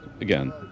Again